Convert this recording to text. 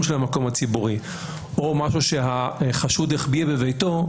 של המקום הציבורי או משהו שהחשוד החביא בביתו,